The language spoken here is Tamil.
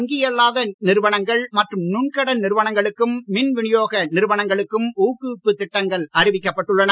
வங்கியல்லாத நிதி நிறுவனங்கள் மற்றும் நுண் கடன் நிறுவனங்களுக்கும் மின் வினியோக நிறுவனங்களுக்கும் ஊக்குவிப்பு திட்டங்கள் அறிவிக்கப்பட்டுள்ளன